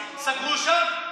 סגרו שם,